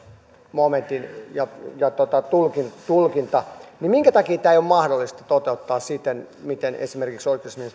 momentin tulkinta tulkinta niin minkä takia tämä ei ole mahdollista toteuttaa siten miten esimerkiksi